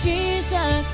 Jesus